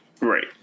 Right